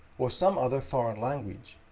or some other foreign language.